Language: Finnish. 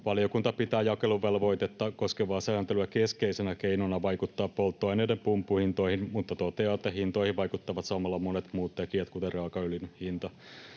Valiokunta pitää jakeluvelvoitetta koskevaa sääntelyä keskeisenä keinona vaikuttaa polttoaineiden pumppuhintoihin mutta toteaa, että hintoihin vaikuttavat samalla monet muut tekijät, kuten raakaöljyn hinta.